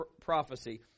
prophecy